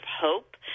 hope